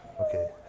Okay